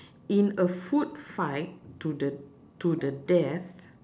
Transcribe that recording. in a food fight to the to the death